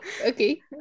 Okay